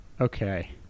Okay